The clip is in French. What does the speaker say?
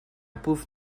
pauvre